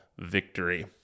victory